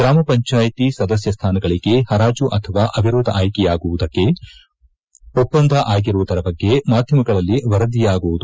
ಗ್ರಾಮಪಂಚಾಯತಿ ಸದಸ್ಯ ಸ್ಥಾನಗಳಿಗೆ ಪರಾಜು ಅಥವಾ ಅವಿರೋಧ ಆಯ್ಕೆಯಾಗುವುದಕ್ಕೆ ಒಪ್ಪಂದ ಆಗಿರುವುದರ ಬಗ್ಗೆ ಮಾಧ್ಯಮಗಳಲ್ಲಿ ವರದಿಯಾಗುವುದು